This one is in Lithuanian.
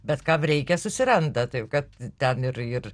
bet kam reikia susiranda taip kad ten ir ir